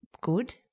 Good